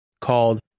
called